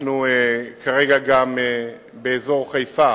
אנחנו כרגע גם באזור חיפה